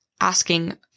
asking